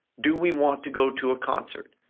do we want to go to a concert?